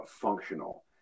functional